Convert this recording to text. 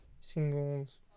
singles